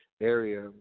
area